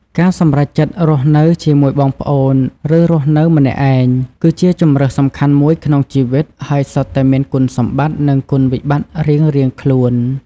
ការសម្រេចចិត្តរស់នៅជាមួយបងប្អូន ឬរស់នៅម្នាក់ឯង គឺជាជម្រើសសំខាន់មួយក្នុងជីវិត ហើយសុទ្ធតែមានគុណសម្បត្តិ និងគុណវិបត្តិរៀងៗខ្លួន។